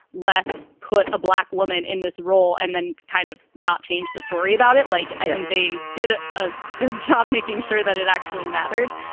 let's put a black woman in this role and then kind of not change the story about it. like i think they did a good job making sure that it actually mattered.